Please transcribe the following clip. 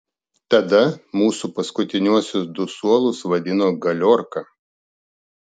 tada mūsų paskutiniuosius du suolus vadino galiorka